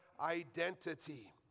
identity